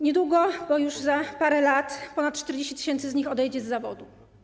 Niedługo, bo już za parę lat, ponad 40 tys. z nich odejdzie z zawodu.